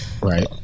Right